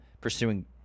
pursuing